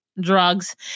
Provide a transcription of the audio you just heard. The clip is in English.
drugs